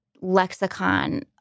lexicon